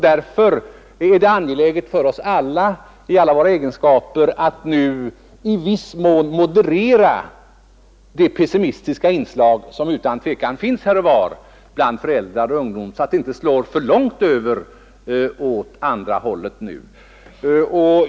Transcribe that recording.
Därför är det angeläget för oss alla i alla våra egenskaper att nu i viss mån moderera det pessimistiska inslag som utan tvekan finns här och var bland föräldrar och ungdom, så att det inte slår för långt över åt andra hållet.